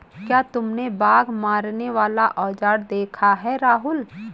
क्या तुमने बाघ मारने वाला औजार देखा है राहुल?